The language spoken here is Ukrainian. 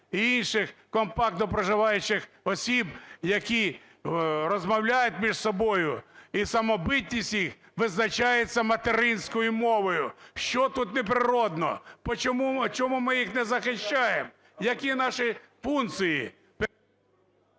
інших компактно проживаючих осіб, які розмовляють між собою і самобутність їх визначається материнською мовою. Що тут не природно? Чому ми їх не захищаємо? Які наші функції?